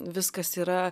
viskas yra